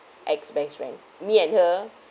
ex best friend me and her